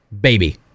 baby